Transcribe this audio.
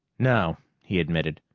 no, he admitted.